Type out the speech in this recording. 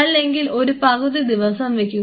അല്ലെങ്കിൽ ഒരു പകുതി ദിവസം വയ്ക്കുക